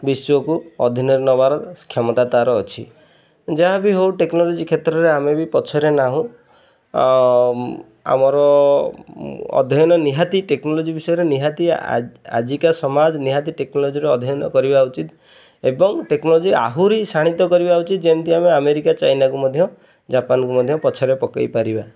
ବିଶ୍ଵକୁ ଅଧୀନରେ ନେବାର କ୍ଷମତା ତାର ଅଛି ଯାହା ବି ହେଉ ଟେକ୍ନୋଲୋଜି କ୍ଷେତ୍ରରେ ଆମେ ବି ପଛରେ ନାହୁଁ ଆମର ଅଧ୍ୟୟନ ନିହାତି ଟେକ୍ନୋଲୋଜି ବିଷୟରେ ନିହାତି ଆଜିକା ସମାଜ ନିହାତି ଟେକ୍ନୋଲୋଜିର ଅଧ୍ୟୟନ କରିବା ଉଚିତ ଏବଂ ଟେକ୍ନୋଲୋଜି ଆହୁରି ସାାଣିତ କରିବା ଉଚିତ ଯେମିତି ଆମେ ଆମେରିକା ଚାଇନାକୁ ମଧ୍ୟ ଜାପାନକୁ ମଧ୍ୟ ପଛରେ ପକାଇ ପାରିବା